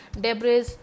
debris